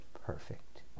perfect